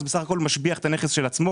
אז בסך הכול הוא משביח את הנכס של עצמו.